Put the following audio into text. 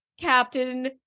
Captain